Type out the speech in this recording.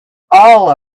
all